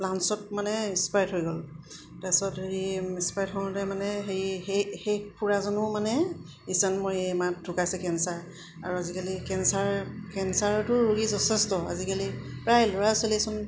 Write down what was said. লাঞ্চত মানে স্প্ৰেড হৈ গ'ল তাৰপিছত হেৰি স্প্ৰেড হওতে মানে হেৰি সেই সেই খুৰাজনো মানে ঢুকাইছে কেঞ্চাৰ আৰু আজিকালি কেঞ্চাৰ কেঞ্চাৰৰতো ৰোগী যথেষ্ট আজিকালি প্ৰায় ল'ৰা ছোৱালীচোন